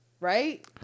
right